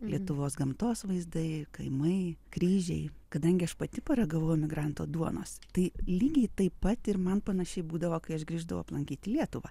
lietuvos gamtos vaizdai kaimai kryžiai kadangi aš pati paragavau emigranto duonos tai lygiai taip pat ir man panašiai būdavo kai aš grįždavau aplankyti lietuvą